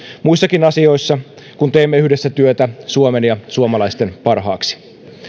muissakin asioissa kun teemme yhdessä työtä suomen ja suomalaisten parhaaksi